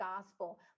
gospel